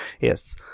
Yes